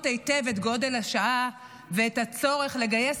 היטב את גודל השעה ואת הצורך לגייס